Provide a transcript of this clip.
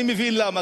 אני מבין למה,